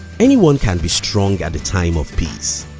anyone can be strong at the time of peace.